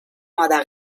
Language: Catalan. mode